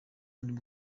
n’undi